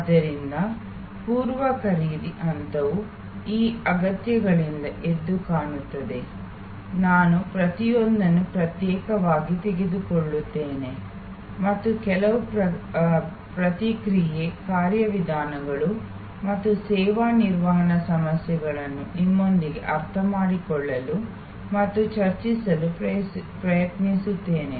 ಆದ್ದರಿಂದ ಪೂರ್ವ ಖರೀದಿ ಹಂತವು ಈ ಅಗತ್ಯಗಳಿಂದ ಎದ್ದುಕಾಣುತ್ತದೆ ನಾನು ಪ್ರತಿಯೊಂದನ್ನು ಪ್ರತ್ಯೇಕವಾಗಿ ತೆಗೆದುಕೊಳ್ಳುತ್ತೇನೆ ಮತ್ತು ಕೆಲವು ಪ್ರತಿಕ್ರಿಯೆ ಕಾರ್ಯವಿಧಾನಗಳು ಮತ್ತು ಸೇವಾ ನಿರ್ವಹಣಾ ಸಮಸ್ಯೆಗಳನ್ನು ನಿಮ್ಮೊಂದಿಗೆ ಅರ್ಥಮಾಡಿಕೊಳ್ಳಲು ಮತ್ತು ಚರ್ಚಿಸಲು ಪ್ರಯತ್ನಿಸುತ್ತೇನೆ